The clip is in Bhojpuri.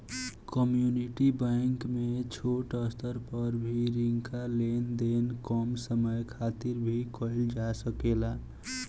कम्युनिटी बैंक में छोट स्तर पर भी रिंका लेन देन कम समय खातिर भी कईल जा सकेला